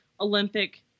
Olympic